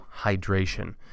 hydration